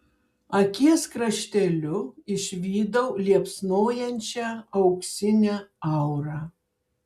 akies krašteliu išvydau liepsnojančią auksinę aurą